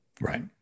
Right